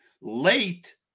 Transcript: Late